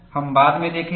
हम बाद में देखेंगे